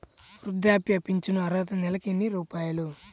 వృద్ధాప్య ఫింఛను అర్హత నెలకి ఎన్ని రూపాయలు?